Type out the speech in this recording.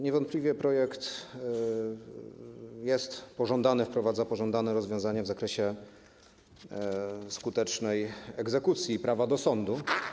Niewątpliwie projekt jest pożądany, wprowadza pożądane rozwiązanie w zakresie skutecznej egzekucji prawa do sądu.